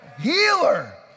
healer